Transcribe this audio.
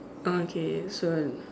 okay so